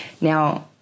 Now